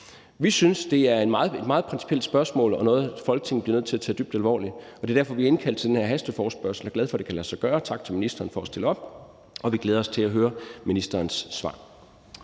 Vi synes, det er et meget principielt spørgsmål og noget, som Folketinget bliver nødt til at tage dybt alvorligt, og det er derfor, vi har indkaldt til den her hasteforespørgsel. Jeg er glad for, at det kan lade sig gøre – tak til ministeren for at stille op. Og vi glæder os til at høre ministerens svar.